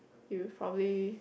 you probably